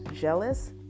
jealous